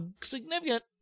significant